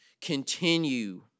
continue